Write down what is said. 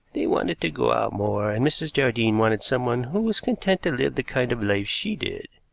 they wanted to go out more, and mrs. jardine wanted someone who was content to live the kind of life she did.